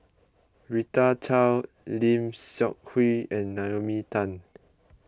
Rita Chao Lim Seok Hui and Naomi Tan